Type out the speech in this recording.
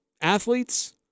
athletes